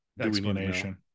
explanation